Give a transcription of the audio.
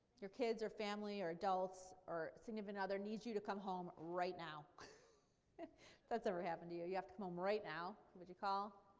your kids or family or adults or significant other needs you to come home right now if that's ever happened to you. you have to come home right now who would you call.